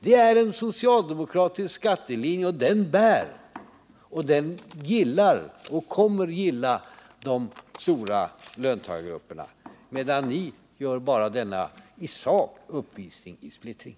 Det är en socialdemokratisk skattelinje, och den bär. Den kommer de stora löntagar grupperna att gilla. Ni däremot nöjer er med att göra en uppvisning i splittring.